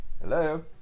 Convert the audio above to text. Hello